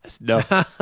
No